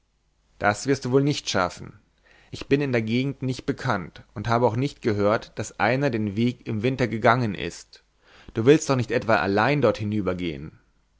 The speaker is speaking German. das wirst du wohl nicht schaffen ich bin in der gegend nicht bekannt und habe auch nicht gehört daß einer den weg im winter gegangen ist du willst doch nicht etwa allein